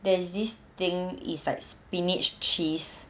there's this thing is like spinach cheese